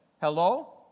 Hello